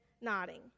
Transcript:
nodding